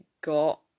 got